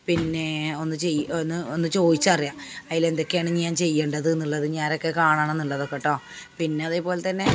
പിന്നേ ഒന്ന് ചെയ്യുക ഒന്ന് ഒന്ന് ചോദിച്ചറിയുക അതിലെന്തൊക്കെയാണ് ഇനി ഞാൻ ചെയ്യേണ്ടത് എന്നുള്ളത് ഇനി ആരെയൊക്കെ കാണണം എന്നുള്ളതൊക്കെ കേട്ടോ പിന്നെ അതേപോലെ തന്നെ